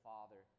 Father